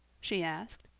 she asked.